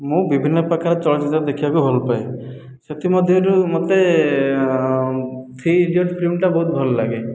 ମୁଁ ବିଭିନ୍ନ ପ୍ରକାର ଚଳଚ୍ଚିତ୍ର ଦେଖିବାକୁ ଭଲ ପାଏ ସେଥିମଧ୍ୟରୁ ମୋତେ ଥ୍ରୀ ଇଡ଼ିଅଟ ଫିଲ୍ମଟା ବହୁତ ଭଲ ଲାଗେ